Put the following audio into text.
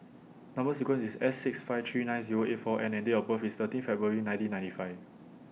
Number sequence IS S six five three nine Zero eight four N and Date of birth IS thirteen February nineteen ninety five